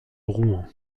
rouen